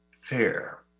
fair